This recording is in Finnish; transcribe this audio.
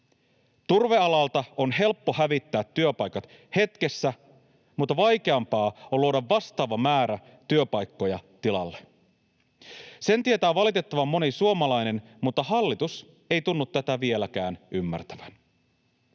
Turvealalta on helppo hävittää työpaikat hetkessä, mutta vaikeampaa on luoda vastaava määrä työpaikkoja tilalle. Sen tietää valitettavan moni suomalainen, mutta hallitus ei tunnu tätä vieläkään ymmärtävän.